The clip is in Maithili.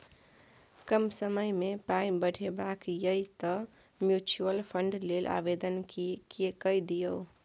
कम समयमे पाय बढ़ेबाक यै तँ म्यूचुअल फंड लेल आवेदन कए दियौ